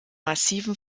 massiven